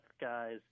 guys